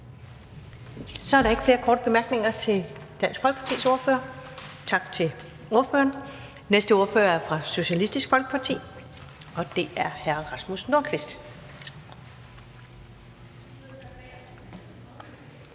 Så er der ikke flere korte bemærkninger til Dansk Folkepartis ordfører. Tak til ordføreren. Den næste ordfører er fra Socialistisk Folkeparti, og det er hr. Rasmus Nordqvist.